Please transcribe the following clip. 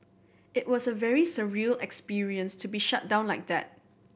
it was a very surreal experience to be shut down like that